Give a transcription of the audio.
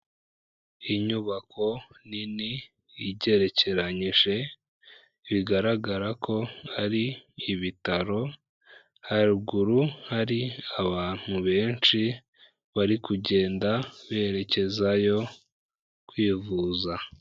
Inyubako nini igerekeranyije, bigaragara ko ari ibitaro, haruguru hari abantu benshi, bari kugenda berekezayo kwivuza.